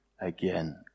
again